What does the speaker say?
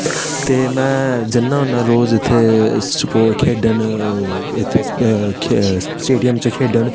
ते मैं जाना होन्ना रोज इत्थै खेढन इत्थै स्टेडियम च खेढन